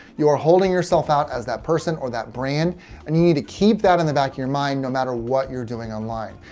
you are holding yourself out as that person or that brand and you you to keep that in the back of your mind no matter what you're doing online.